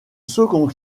second